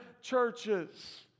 churches